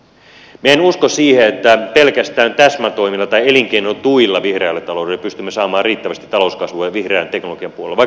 minä en usko siihen että pelkästään täsmätoimilla tai elinkeinotuilla vihreälle taloudelle pystymme saamaan riittävästi talouskasvua vihreän teknologian puolelle